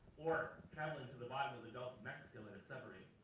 or traveling to the bottom of the gulf of mexico in a submarine.